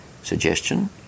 suggestion